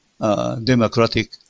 democratic